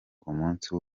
munsi